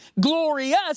glorious